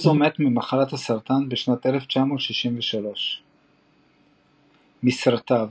אוזו מת ממחלת הסרטן בשנת 1963. מסרטיו